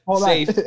safe